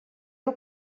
del